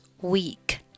Week